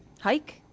Hike